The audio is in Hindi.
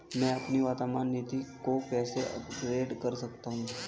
मैं अपनी वर्तमान नीति को कैसे अपग्रेड कर सकता हूँ?